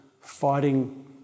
fighting